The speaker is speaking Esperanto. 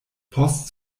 post